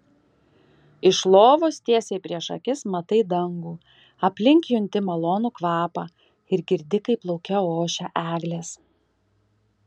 iš lovos tiesiai prieš akis matai dangų aplink junti malonų kvapą ir girdi kaip lauke ošia eglės